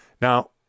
Now